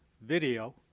video